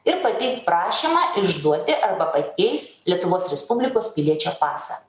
ir pateikt prašymą išduoti arba pakeist lietuvos respublikos piliečio pasą